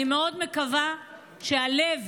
אני מאוד מקווה שהלב